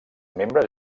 membres